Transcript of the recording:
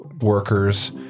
workers